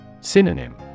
Synonym